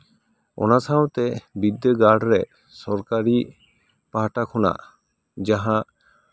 ᱚᱱᱟ ᱥᱟᱶᱛᱮ ᱵᱤᱫᱽᱫᱟᱹᱜᱟᱲ ᱨᱮ ᱥᱚᱨᱠᱟᱨᱤ ᱯᱟᱦᱴᱟ ᱠᱷᱚᱱᱟᱜ ᱡᱟᱦᱟᱸ